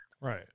Right